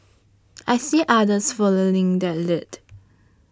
I see others following that lead